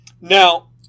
Now